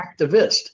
activist